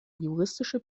juristische